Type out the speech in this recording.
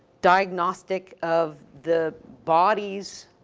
diagnostic of the body's